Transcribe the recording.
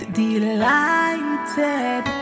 delighted